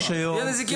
רק תביעות נזיקיות,